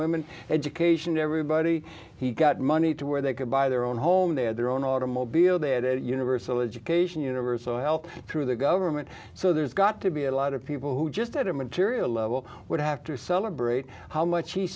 women education everybody he got money to where they could buy their own home they had their own automobile they had a universal education universal health through the government so there's got to be a lot of people who just had a material level would have to celebrate how much